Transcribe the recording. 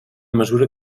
mesura